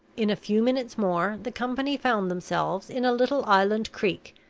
in a few minutes more, the company found themselves in a little island creek,